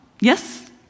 yes